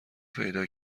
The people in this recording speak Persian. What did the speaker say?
پیدا